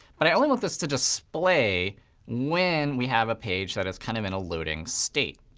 but i only want this to display when we have a page that is kind of in a loading state.